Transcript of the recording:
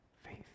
faith